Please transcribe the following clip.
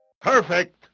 Perfect